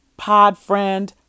Podfriend